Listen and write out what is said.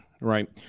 right